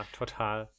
total